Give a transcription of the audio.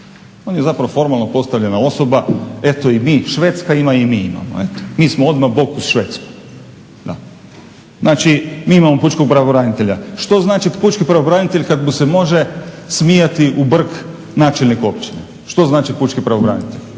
On je zapravo formalno postavljena osoba, eto Švedska ima i mi imamo, mi smo odmah bok uz Švedsku. Znači mi imamo pučkog pravobranitelja. Što znači p pučki pravobranitelj kad mu se može smijati u brk načelnik općine, što znači pučki pravobranitelj.